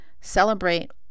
celebrate